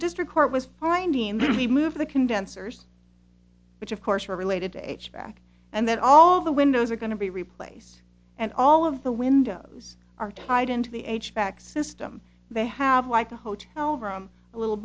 district court was finding and remove the condensers which of course are related to back and that all the windows are going to be replaced and all of the windows are tied into the h back system they have like a hotel room a little